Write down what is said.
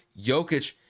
Jokic